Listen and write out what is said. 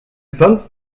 sonst